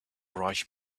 rush